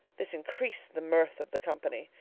this increased the mirth of the company,